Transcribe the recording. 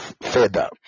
Further